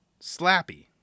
Slappy